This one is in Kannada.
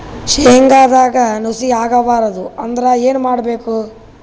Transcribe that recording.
ಶೇಂಗದಾಗ ನುಸಿ ಆಗಬಾರದು ಅಂದ್ರ ಏನು ಮಾಡಬೇಕು?